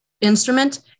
instrument